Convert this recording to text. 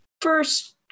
First